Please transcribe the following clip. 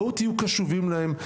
בואו תהיו קשובים להם'.